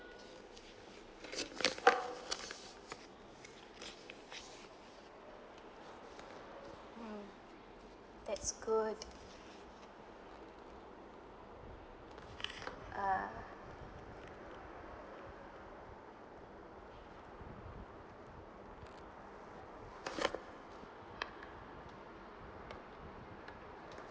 that's good uh